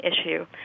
issue